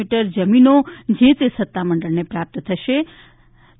metre જમીનો જે તે સત્તામંડળને પ્રાપ્ત થશે થશે